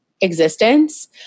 existence